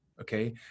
Okay